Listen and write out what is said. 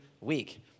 week